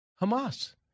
Hamas